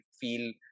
feel